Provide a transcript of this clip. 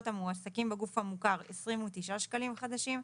המועסקים בגוף המוכר - 29 שקלים חדשים,